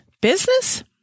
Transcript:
Business